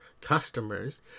customers